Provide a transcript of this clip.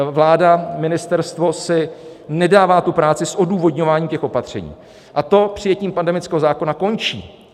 Vláda, ministerstvo, si nedává tu práci s odůvodňováním těch opatření a to přijetím pandemického zákona končí.